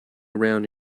around